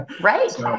Right